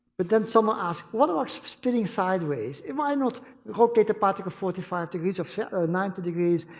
but then someone asked, what about spinning sideways? and why not rotate the particle forty five degrees or or ninety degrees,